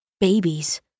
Babies